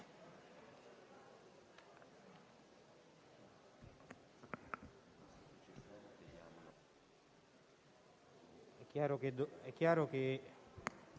grazie.